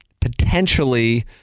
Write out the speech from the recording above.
potentially